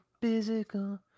physical